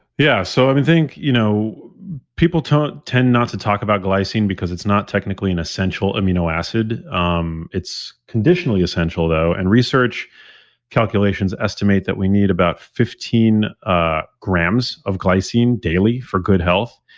yeah. so i think you know people don't tend not to talk about glycine, because it's not technically an essential amino acid. um it's conditionally essential though, and research calculations estimate that we need about fifteen ah grams of glycine daily for good health,